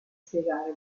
spiegare